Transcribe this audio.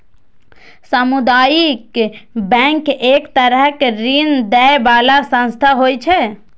सामुदायिक बैंक एक तरहक ऋण दै बला संस्था होइ छै